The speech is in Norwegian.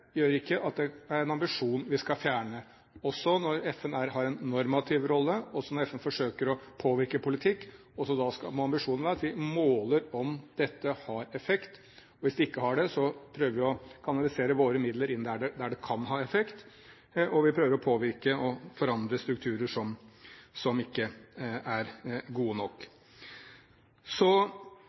gjør ikke at det er en ambisjon vi skal fjerne. Også når FN har en normativ rolle, og når FN forsøker å påvirke politikk, skal ambisjonen være at vi måler om dette har effekt. Hvis det ikke har det, prøver vi å kanalisere våre midler inn der det kan ha effekt, og vi prøver å påvirke og forandre strukturer som ikke er gode nok. Så